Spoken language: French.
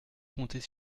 compter